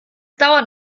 dauert